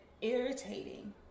irritating